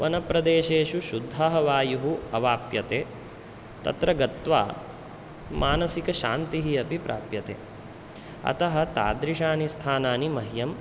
वनप्रदेशेषु शुद्धः वायुः अवाप्यते तत्र गत्वा मानसिकशान्तिः अपि प्राप्यते अतः तादृशानि स्थानानि मह्यं